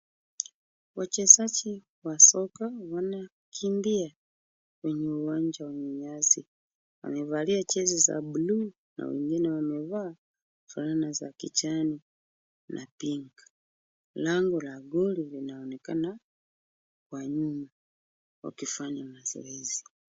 Wachezaji wa soka wanakimbia kwenye uwanja wenye nyasi. Wamevalia jezi za buluu na wengine wamevaa fulana za kijani na pink . Lango la goli linaonekana kwa nyuma wakifanya mazoezi.